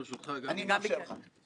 ואנחנו גם לא מנסים.